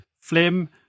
Flim